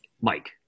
Mike